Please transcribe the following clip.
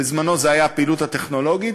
בזמנה זו הייתה הפעילות הטכנולוגית,